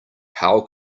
how